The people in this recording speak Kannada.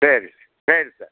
ಸರಿ ಸರಿ ಸರ್